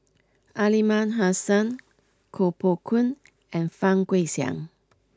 Aliman Hassan Koh Poh Koon and Fang Guixiang